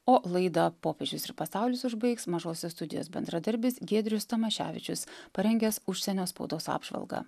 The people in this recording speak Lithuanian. o laidą popiežius ir pasaulis užbaigs mažosios studijos bendradarbis giedrius tamaševičius parengęs užsienio spaudos apžvalgą